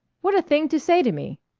what a thing to say to me!